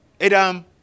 Adam